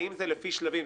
אם זה לפי שלבים?